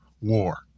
war